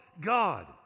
god